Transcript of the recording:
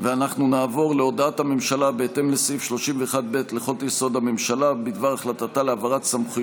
המלצת הוועדה המסדרת בדבר בחירת ועדות הכנסת המיוחדות